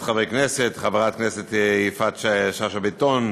חברי הכנסת: חברי הכנסת יפעת שאשא ביטון,